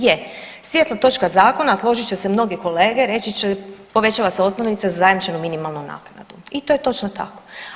Je, svjetla točka zakona a složit će se mnogi kolege reći će povećava se osnovica za zajamčenu minimalnu naknadu i to je točno tako.